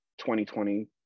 2020